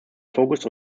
focus